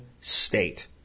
state